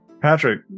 Patrick